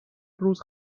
روز